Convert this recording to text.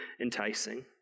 enticing